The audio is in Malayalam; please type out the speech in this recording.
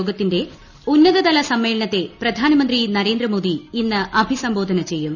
യോഗത്തിന്റെ ഉന്നതതല സമ്മേളനത്തെ പ്രധാനമന്ത്രി നരേന്ദ്രമോദി ഇന്ന് അഭിസംബോധന ചെയ്യും